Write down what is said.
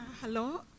hello